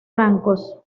francos